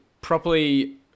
properly